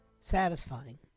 satisfying